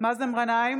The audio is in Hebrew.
סילמן העתיקה